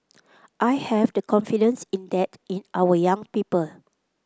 I have the confidence in that in our young people